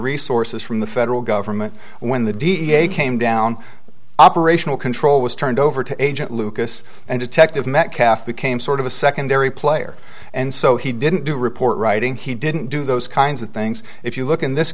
resources from the federal government when the da came down operational control was turned over to agent lucas and detective metcalf became sort of a secondary player and so he didn't do report writing he didn't do those kinds of things if you look in this